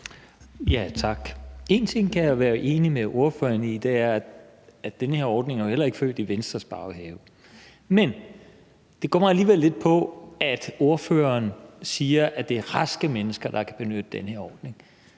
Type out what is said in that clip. (V): Tak. En ting kan jeg være enig med ordføreren i, og det er, at den her ordning heller ikke er groet i Venstres baghave. Men det går mig alligevel lidt på, at ordføreren siger, at det er raske mennesker, der kan benytte den her ordning,